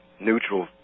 neutral